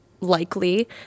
likely